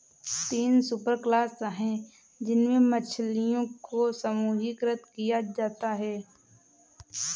तीन सुपरक्लास है जिनमें मछलियों को समूहीकृत किया जाता है